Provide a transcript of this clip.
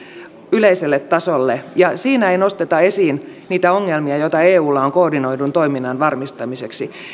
yleiselle tasolle ja siinä ei nosteta esiin niitä ongelmia joita eulla on koordinoidun toiminnan varmistamiseksi